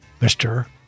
Mr